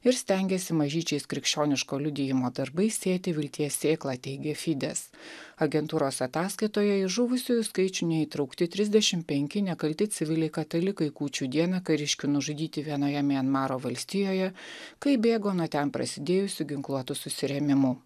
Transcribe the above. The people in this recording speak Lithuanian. ir stengėsi mažyčiais krikščioniško liudijimo darbais sėti vilties sėklą teigė fides agentūros ataskaitoje į žuvusiųjų skaičių neįtraukti trisdešim penki nekalti civiliai katalikai kūčių dieną kariškių nužudyti vienoje mianmaro valstijoje kai bėgo nuo ten prasidėjusių ginkluotų susirėmimų